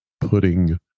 putting